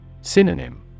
Synonym